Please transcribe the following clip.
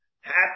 happy